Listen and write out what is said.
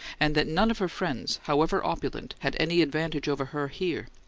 and that none of her friends, however opulent, had any advantage of her here.